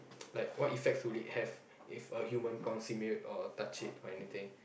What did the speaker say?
like what effect would it have if a human consume it or touch it or anything